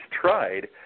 tried